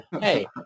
hey